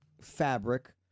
fabric